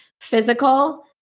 physical